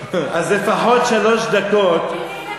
אז לפחות שלוש דקות,